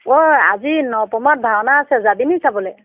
অঁ আজি নপামত ভাওনা আছে যাবিনি চাবলৈ